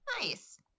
Nice